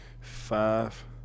five